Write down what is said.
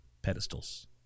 Pedestals